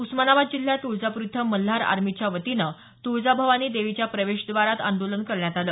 उस्मानाबाद जिल्ह्यात तुळजापूर इथं मल्हार आर्मीच्या वतीनं तुळजाभवानी देवीच्या प्रवेशद्वारात आंदोलन करण्यात आलं